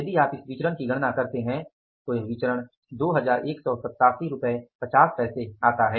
यदि आप इस विचरण की गणना करते हैं तो यह विचरण 218750 रूपए प्रतिकूल है